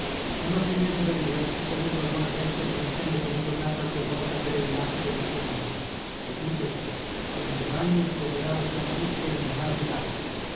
non ho più niente da dire e saluto la buona vecchia promettendo di ritornar qualche volta a bere il latte della sua mucca l'ho pur detto don giovanni affogherà la sua malizia in un mar di latte